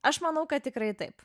aš manau kad tikrai taip